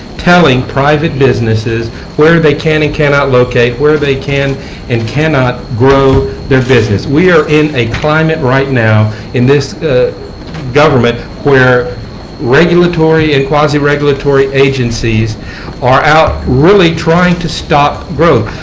telling private businesses where they can and cannot locate, where they can and cannot grow their business. we are in a climate right now in this government where regulatory and quasi-regulatory agencies are out really trying to stop growth.